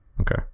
Okay